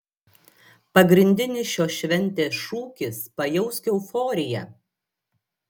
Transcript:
pagrindinis šios šventės šūkis pajausk euforiją